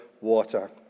water